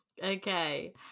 Okay